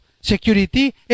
security